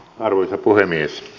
arvoisa puhemies